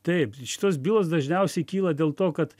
taip šitos bylos dažniausiai kyla dėl to kad